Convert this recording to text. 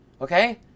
okay